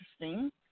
interesting